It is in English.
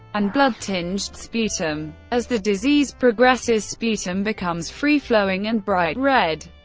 and blood-tinged sputum. as the disease progresses, sputum becomes free-flowing and bright red.